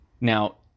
Now